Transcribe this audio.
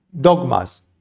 dogmas